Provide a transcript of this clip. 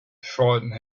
frightened